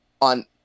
On